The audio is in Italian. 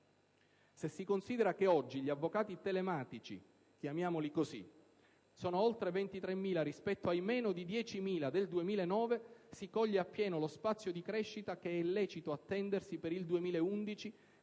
Se si considera che oggi gli avvocati telematici - chiamiamoli così - sono oltre 23.000, rispetto ai meno di 10.000 del 2009, si coglie appieno lo spazio di crescita che è lecito attendersi per il 2011,